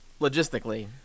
logistically